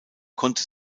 konnte